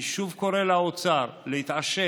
אני שוב קורא לאוצר להתעשת,